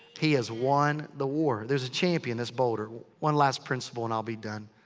he has won the war. there's a champion that's bolder. one last principle and i'll be done.